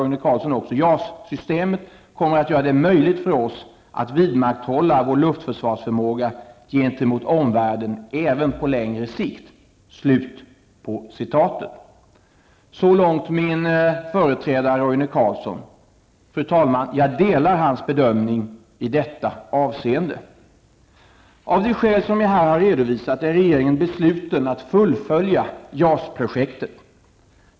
JAS-systemet kommer att göra det möjligt för oss att vidmakthålla vår försvarsförmåga gentemot omvärlden även på längre sikt.'' Så långt min företrädare Roine Carlsson. Fru talman! Jag delar hans bedömning i detta avseende. Av de skäl jag här har redovisat är regeringen besluten att fullfölja JAS-projektet.